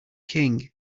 king